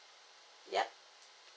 yup